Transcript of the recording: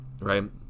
right